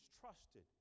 trusted